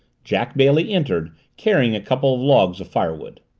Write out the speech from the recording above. jack bailey entered, carrying a couple of logs of firewood.